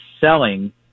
selling